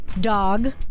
Dog